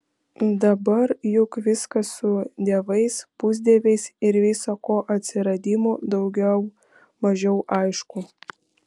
dabar juk viskas su dievais pusdieviais ir visa ko atsiradimu daugiau mažiau aišku